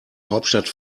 hauptstadt